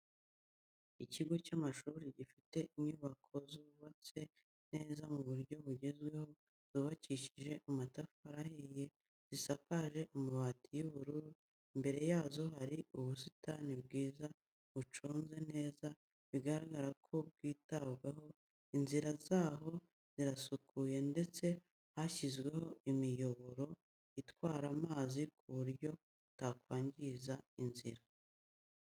Ikigo cy'amashuri gifite inyubako zubatse neza mu buryo bugezweho zubakishije amatafari ahiye, zisakaje amabati y'ubururu, imbere yazo hari ubusitani bwiza buconze neza bigaragara ko bwitabwaho, inzira zaho zirasukuye ndetse hashyizweho imiyoboro itwara amazi ku buryo atakwangiza inzira.